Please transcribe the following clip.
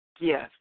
gift